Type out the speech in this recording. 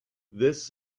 this